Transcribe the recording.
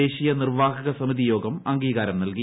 ദേശീയ് നിർവാഹക സമിതിയോഗം അ അംഗീകാരം നൽകി